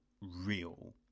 real